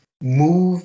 move